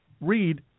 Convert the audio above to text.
read